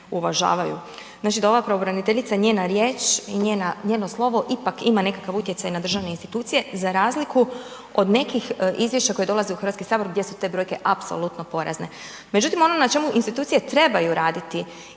uvažavaju. Znači da ova pravobraniteljica, njena riječ i njeno slovo ipak ima nekakav utjecaj na državne institucije za razliku od nekih izvješća koja dolaze u HS gdje su te brojke apsolutno porazne. Međutim, ono na čemu institucije trebaju raditi